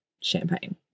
champagne